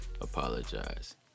apologize